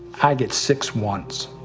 i get six ones.